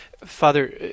Father